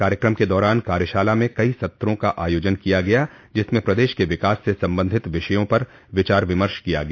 कार्यक्रम के दौरान कार्यशाला में कई सत्रों का आयोजन किया गया जिसमें प्रदेश के विकास से संबंधित विषयों पर विचार विमर्श किया गया